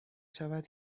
شود